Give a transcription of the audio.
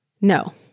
No